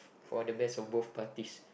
for the best of both parties